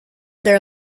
their